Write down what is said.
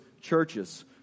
churches